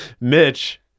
Mitch